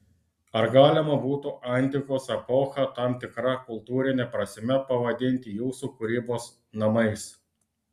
ar galima būtų antikos epochą tam tikra kultūrine prasme pavadinti jūsų kūrybos namais